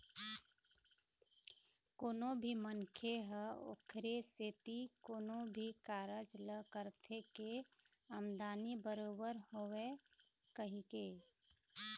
कोनो भी मनखे ह ओखरे सेती कोनो भी कारज ल करथे के आमदानी बरोबर होवय कहिके